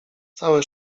całe